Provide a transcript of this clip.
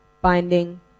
binding